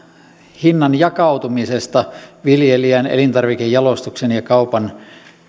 hinnan jakautumisesta viljelijän elintarvikejalostuksen ja kaupan